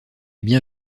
bien